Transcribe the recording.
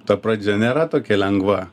ta pradžia nėra tokia lengva